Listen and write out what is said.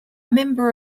member